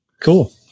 cool